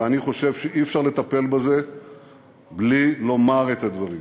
ואני חושב שאי-אפשר לטפל בזה בלי לומר את הדברים: